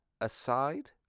aside